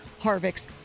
Harvick's